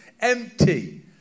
Empty